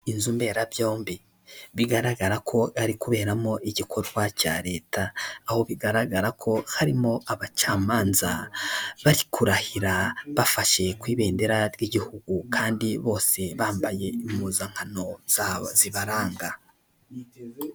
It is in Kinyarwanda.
Inzu mberabyombi. Bigaragara ko ari kuberamo igikorwa cya leta. Aho bigaragara ko harimo abacamanza, bari kurahira bafashe ku ibendera ry'igihugu kandi bose bambaye impuzankano zabo zibaranga.